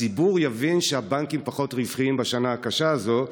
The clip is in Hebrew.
הציבור יבין שהבנקים פחות רווחיים בשנה הקשה הזו,